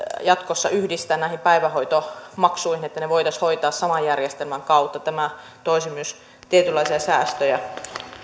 jatkossa myös yhdistää tämä päivähoitomaksuihin että ne voitaisiin hoitaa saman järjestelmän kautta tämä toisi myös tietynlaisia säästöjä